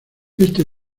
este